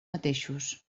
mateixos